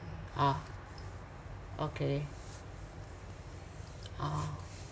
orh okay orh